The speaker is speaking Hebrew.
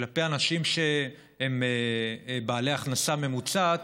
כלפי אנשים שהם בעלי הכנסה ממוצעת,